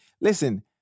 listen